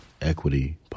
Equity